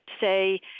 say